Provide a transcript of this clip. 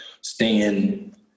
stand